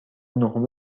نهم